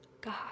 God